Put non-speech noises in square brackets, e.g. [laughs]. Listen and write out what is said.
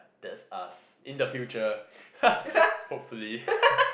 that's us in the future [laughs] hopefully